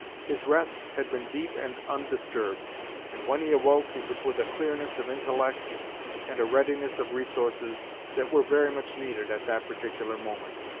his rest had been deep and undisturbed and when he awoke, it was with a clearness of intellect and a readiness of resources that were very much needed at that particular moment.